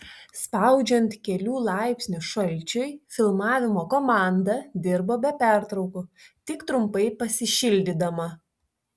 spaudžiant kelių laipsnių šalčiui filmavimo komanda dirbo be pertraukų tik trumpai pasišildydama